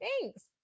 thanks